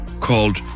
called